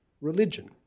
religion